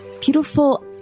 beautiful